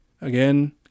again